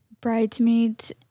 Bridesmaids